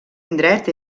indret